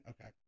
okay